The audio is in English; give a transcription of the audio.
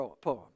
poem